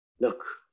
look